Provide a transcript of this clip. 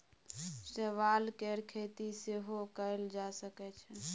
शैवाल केर खेती सेहो कएल जा सकै छै